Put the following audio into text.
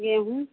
गेहूँ